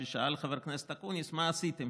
ששאל חבר הכנסת אקוניס: מה עשיתם